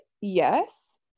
yes